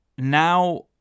Now